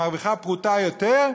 שאם היא מרוויחה פרוטה יותר,